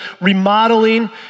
remodeling